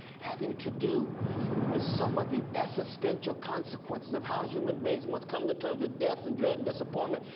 having to do with some of the existential consequences of how human beings must come to terms with death, and dread, and disappointment,